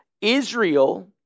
Israel